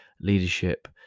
leadership